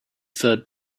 third